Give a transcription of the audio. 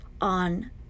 on